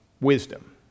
wisdom